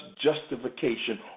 justification